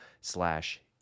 slash